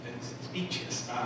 speeches